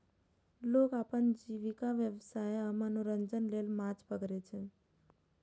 लोग अपन जीविका, व्यवसाय आ मनोरंजन लेल माछ पकड़ै छै